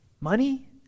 money